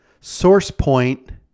SourcePoint